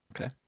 Okay